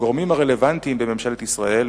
הגורמים הרלוונטיים בממשלת ישראל,